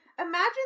imagine